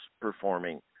Performing